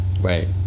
Right